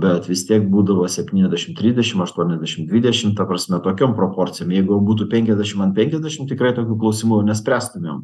bet vis tiek būdavo septyniasdešim trisdešim aštuoniasdešim dvidešim ta prasme tokiom proporcijom jeigu būtų penkiasdešim ant penkiasdešim tikrai tokių klausimų nespręstumėm